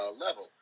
level